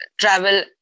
travel